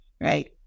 right